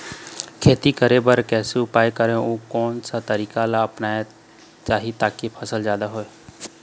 खेती करें बर कैसे उपाय करें अउ कोन कौन सा तरीका ला अपनाना चाही ताकि फसल जादा हो?